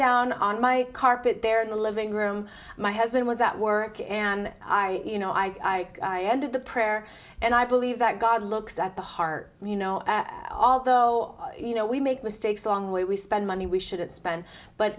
down on my carpet there in the living room my husband was at work and i you know i did the prayer and i believe that god looks at the heart you know although you know we make mistakes along the way we spend money we shouldn't spend but